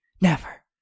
Never